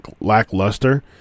lackluster